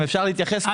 אם אפשר להתייחס,